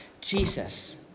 Jesus